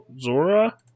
Zora